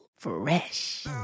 Fresh